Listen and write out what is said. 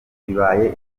ibaye